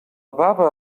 baba